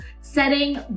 setting